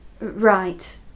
Right